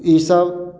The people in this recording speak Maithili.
ई सब